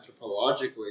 anthropologically